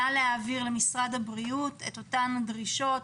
נא להעביר למשרד הבריאות את אותן הדרישות,